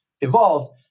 evolved